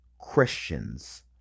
Christians